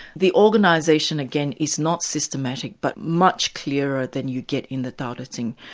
the organisation again is not systematic but much clearer than you get in the tao te ching,